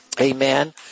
Amen